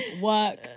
work